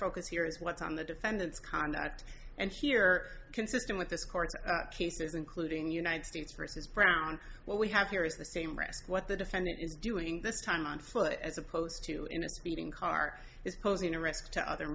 focus here is what's on the defendant's conduct and here consistent with this court's cases including united states versus brown what we have here is the same risk what the defendant is doing this time on foot as opposed to in a speeding car is posing a risk to other